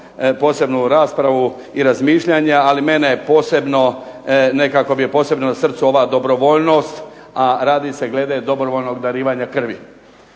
posebno raspravu i razmišljanja, ali mene posebno mi je srcu ova dobrovoljnost, a radi se glede dobrovoljnog darivanja krvi.